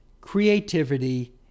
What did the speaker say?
creativity